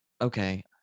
okay